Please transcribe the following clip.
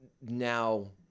now